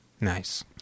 Nice